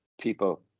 people